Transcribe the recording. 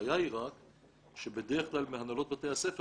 הבעיה היא רק שבדרך כלל הנהלות בתי הספר